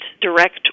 direct